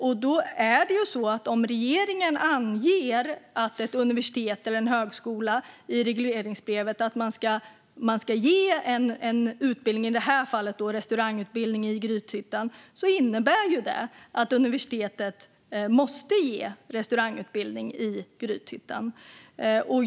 Om regeringen i regleringsbrevet anger att ett universitet eller en högskola ska ge en utbildning, i detta fall restaurangutbildning i Grythyttan, innebär det att universitetet måste göra detta.